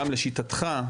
גם לשיטתך,